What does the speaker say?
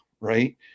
right